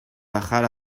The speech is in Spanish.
bajar